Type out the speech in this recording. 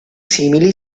simili